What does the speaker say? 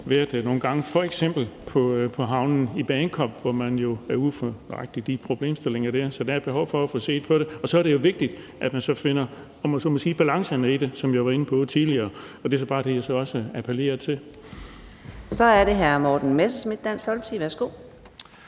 været nogle gange på havnen i Bagenkop, hvor man jo er ude for nøjagtig de problemstillinger. Så der er et behov for at få set på det, og så er det jo vigtigt, at man så finder, om man så må sige, balancerne i det, som jeg var inde på tidligere, og det er bare det, jeg så også appellerer til. Kl. 13:02 Fjerde næstformand (Karina Adsbøl): Så er det hr.